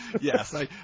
Yes